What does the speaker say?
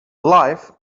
life